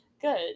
Good